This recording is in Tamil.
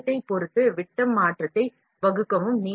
நேரத்தைப் பொறுத்து விட்டம் மாற்றத்தைத் திட்டமிடவும்